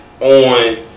on